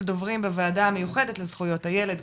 דוברים בוועדה המיוחדת לזכויות הילד,